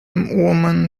woman